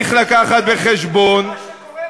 זה רק אומר שאתה מרגיש